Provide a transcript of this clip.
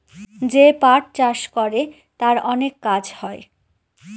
যে পাট চাষ করে তার অনেক কাজ হয়